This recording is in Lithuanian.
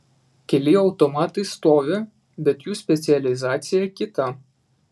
keli automatai stovi bet jų specializacija kita